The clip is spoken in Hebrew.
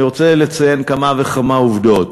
אני רוצה לציין כמה וכמה עובדות.